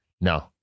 No